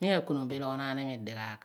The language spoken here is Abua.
mi akonom eloghonaanimi dighaagh.